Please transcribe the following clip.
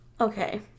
okay